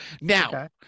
Now –